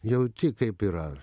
jauti kaip yra